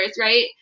Right